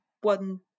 one